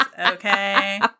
okay